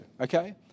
okay